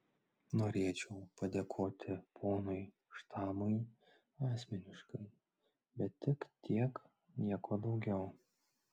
norėčiau padėkoti ponui štamui asmeniškai bet tik tiek nieko daugiau